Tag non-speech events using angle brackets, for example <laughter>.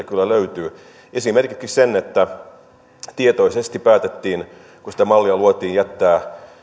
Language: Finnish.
<unintelligible> kyllä löytyy esimerkiksi se että tietoisesti päätettiin kun sitä mallia luotiin jättää